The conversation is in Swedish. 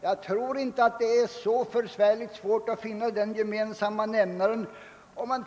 Jag tror inte att det är så svårt att finna den gemensamma nämnaren.